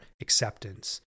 acceptance